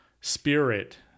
spirit –